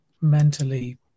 mentally